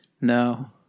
No